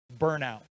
Burnout